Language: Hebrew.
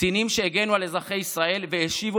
קצינים שהגנו על אזרחי ישראל והשיבו